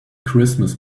christmas